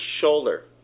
shoulder